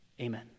Amen